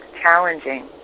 challenging